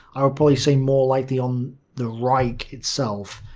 i would probably say more likely on the reich itself.